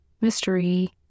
Mystery